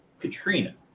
Katrina